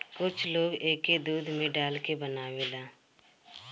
कुछ लोग एके दूध में डाल के बनावेला